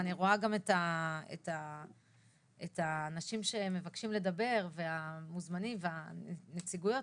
ואני רואה את האנשים שמבקשים לדבר והמוזמנים והנציגויות,